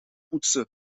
poetsen